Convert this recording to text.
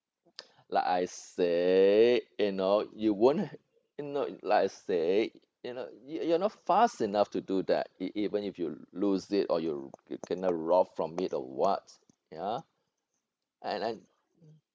like I say you know you won't no like I say you know you you're not fast enough to do that even if you lose it or you you kena rob from it or what ya and and